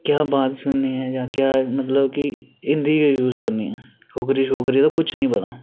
क्या बात सुननी ऐ मतलब कि हिंदी गै यूज़ करनी डोगरी दा कुछ निं पता